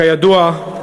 כידוע,